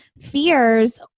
fears